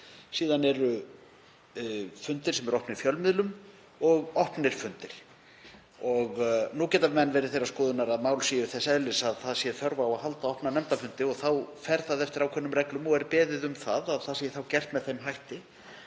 síðan eru fundir sem eru opnir fjölmiðlum og opnir fundir. Menn geta verið þeirrar skoðunar að mál séu þess eðlis að þörf sé á að halda opna nefndafundi. Þá fer það eftir ákveðnum reglum og er beðið um að það sé þá gert með þeim hætti.